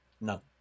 No